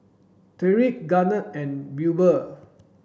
Tyreek Garnett and Wilber